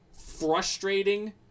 frustrating –